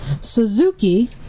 Suzuki